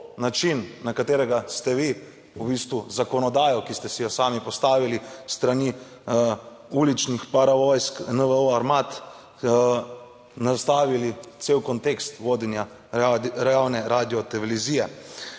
na katerega ste vi v bistvu zakonodajo, ki ste si jo sami postavili s strani uličnih paravojsk, NVO armad, nastavili cel kontekst vodenja javne radiotelevizije